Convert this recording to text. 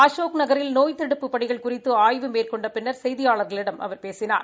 அசோக்நகரில் நோய் தடுப்புப் பணிகள் குறித்து ஆய்வு மேற்கொண்ட பின்னர் செய்தியாளர்களிடம் அவர் பேசினார்